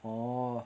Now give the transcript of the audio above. orh